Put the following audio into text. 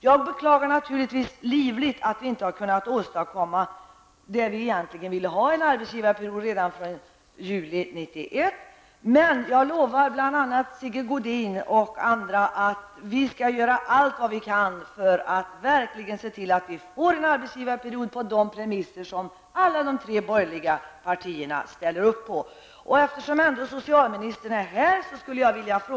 Jag beklagar naturligtvis livligt att det inte har varit möjligt att åstadkomma det vi egentligen ville ha, nämligen en arbetsgivarperiod i sjukförsäkringen redan från juli 1991. Men jag lovar Sigge Godin och andra att vi skall göra allt vad vi kan för att se till att det blir en arbetsgivarperiod på de premisser som de tre borgerliga partierna ställer upp på.